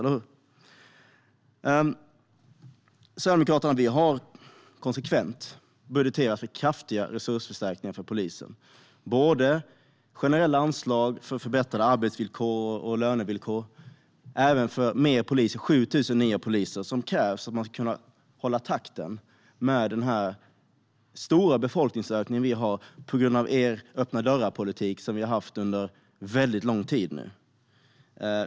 Sverigedemokraterna har konsekvent budgeterat för kraftiga resursförstärkningar för polisen, både generella anslag för förbättrade arbetsvillkor och lönevillkor och anslag för 7 000 nya poliser, som krävs för att man ska kunna hålla takt med den stora befolkningsökning som vi nu har haft under väldigt lång tid på grund av er öppna-dörrar-politik.